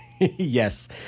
Yes